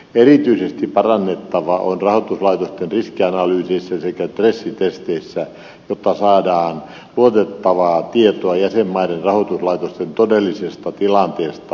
erityisesti parannettavaa on rahoituslaitosten riskianalyyseissä sekä stressitesteissä jotta saadaan luotettavaa tietoa jäsenmaiden rahoituslaitosten todellisesta tilanteesta